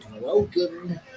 Welcome